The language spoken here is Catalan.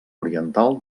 oriental